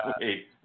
wait